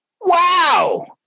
Wow